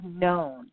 known